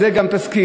אז יהיה גם תסקיר.